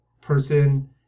person